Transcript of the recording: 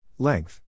Length